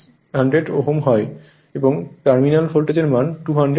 এবং terminal voltage এর মান 200 হবে